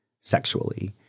sexually